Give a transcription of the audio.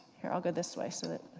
here, i'll go this way so that